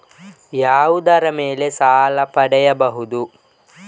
ಯಾವುದರ ಮೇಲೆ ಸಾಲ ಪಡೆಯಬಹುದು?